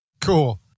Cool